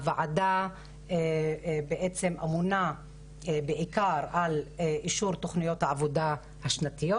הוועדה אמונה בעיקר על אישור תוכניות העבודה השנתיות